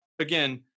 Again